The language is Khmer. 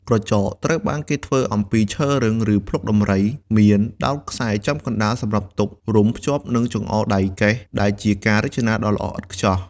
ក្រចកត្រូវបានគេធ្វើអំពីឈើរឹង ឬភ្លុកដំរី មានដោតខ្សែចំកណ្ដាល សម្រាប់ទុក រុំភ្ជាប់នឹងចង្អុលដៃកេះ ដែលជាការរចនាដ៏ល្អឥតខ្ចោះ។